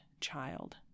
child